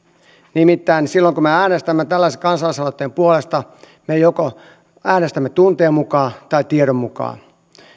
nimittäin silloin kun me äänestämme tällaisen kansalaisaloitteen puolesta me joko äänestämme tunteen mukaan tai tiedon mukaan